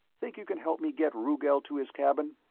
think you can help me get rugel to his cabin?